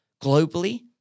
globally